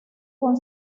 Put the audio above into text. con